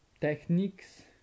techniques